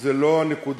זה לא הנקודה